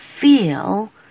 feel